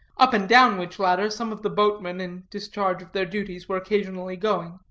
up and down which ladder some of the boatmen, in discharge of their duties, were occasionally going.